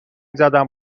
زدم